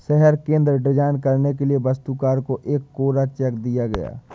शहर केंद्र डिजाइन करने के लिए वास्तुकार को एक कोरा चेक दिया गया